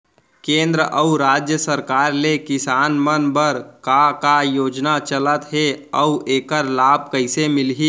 केंद्र अऊ राज्य सरकार ले किसान मन बर का का योजना चलत हे अऊ एखर लाभ कइसे मिलही?